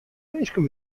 minsken